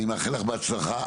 אני מאחל לך בהצלחה.